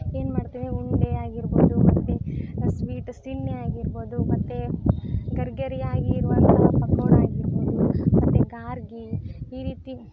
ಏನು ಮಾಡ್ತೇವೆ ಉಂಡೆ ಆಗಿರ್ಬೋದು ಮತ್ತು ಆ ಸ್ವೀಟ್ ಸಿಣ್ಣಿ ಆಗಿರ್ಬೋದು ಮತ್ತು ಗರಿ ಗರಿ ಆಗಿ ಇರುವಂತಹ ಪಕೋಡ ಆಗಿರ್ಬೋದು ಮತ್ತು ಕಾರ್ಗಿ ಈ ರೀತಿಯೂ